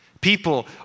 People